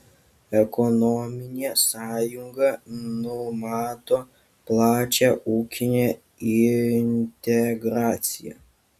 ekonominė sąjunga numato plačią ūkinę integraciją